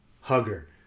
hugger